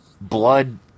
blood